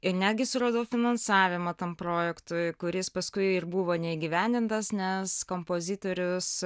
ir netgi suradau finansavimą tam projektui kuris paskui ir buvo neįgyvendintas nes kompozitorius